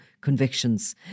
convictions